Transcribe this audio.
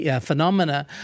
phenomena